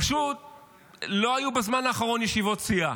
פשוט לא היו בזמן האחרון ישיבות סיעה.